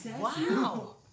wow